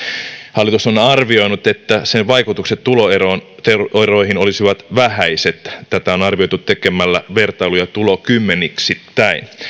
hallitus on arvioinut että sen vaikutukset tuloeroihin tuloeroihin olisivat vähäiset tätä on on arvioitu tekemällä vertailuja tulokymmenyksittäin